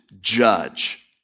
judge